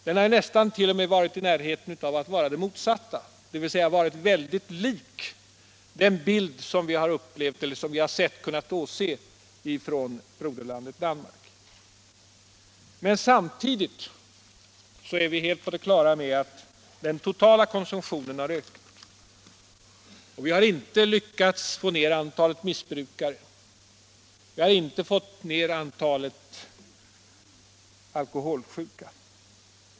Det har vid något tillfälle varit nära att svänga över åt andra hållet, dvs. vi har kommit närmare de procentsiffror som gäller i vårt broderland Danmark. Samtidigt är vi på det klara med att den totala konsumtionen har ökat. Vi har inte lyckats få ned antalet missbrukare, och vi har inte fått ned antalet alkoholsjuka.